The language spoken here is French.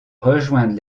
rejoindre